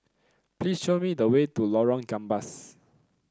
please show me the way to Lorong Gambas